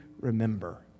remember